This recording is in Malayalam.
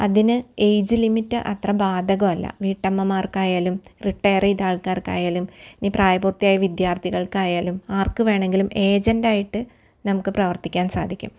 അതിന് ഏജ് ലിമിറ്റ് അത്ര ബാധകമല്ല വീട്ടമ്മമാര്ക്കായാലും റിട്ടയർ ചെയ്ത ആള്ക്കാര്ക്കായാലും ഇനി പ്രായപൂര്ത്തിയായ വിദ്യാര്ത്ഥികള്ക്കായാലും ആര്ക്ക് വേണമെങ്കിലും ഏജന്റ്റായിട്ട് നമുക്ക് പ്രവര്ത്തിക്കാന് സാധിക്കും